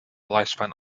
lifespan